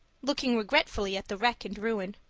looking regretfully at the wreck and ruin.